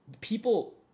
people